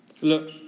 Look